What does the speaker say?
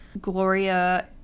gloria